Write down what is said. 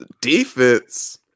Defense